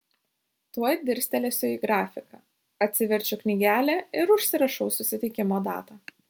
tuoj dirstelėsiu į grafiką atsiverčiu knygelę ir užsirašau susitikimo datą